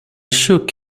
shook